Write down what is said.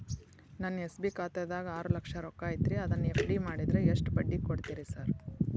ನನ್ನ ಎಸ್.ಬಿ ಖಾತ್ಯಾಗ ಆರು ಲಕ್ಷ ರೊಕ್ಕ ಐತ್ರಿ ಅದನ್ನ ಎಫ್.ಡಿ ಮಾಡಿದ್ರ ಎಷ್ಟ ಬಡ್ಡಿ ಕೊಡ್ತೇರಿ ಸರ್?